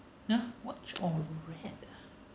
nah watched or read ah